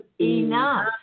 enough